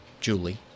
Julie